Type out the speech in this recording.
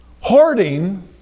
Hoarding